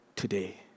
today